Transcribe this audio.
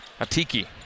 Atiki